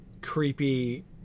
creepy